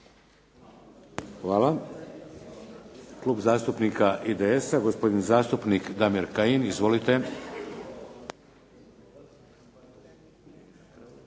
Hvala. Klub zastupnika IDS-a, gospodin zastupnik Damir Kajin. Izvolite.